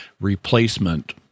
replacement